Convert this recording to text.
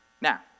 Now